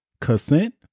consent